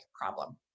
problem